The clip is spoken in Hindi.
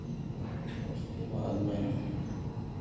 उसके बाद में